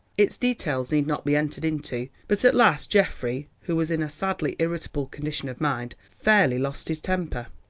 its details need not be entered into, but at last geoffrey, who was in a sadly irritable condition of mind, fairly lost his temper.